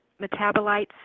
metabolites